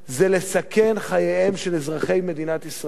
זה לסכן חייהם של אזרחי מדינת ישראל.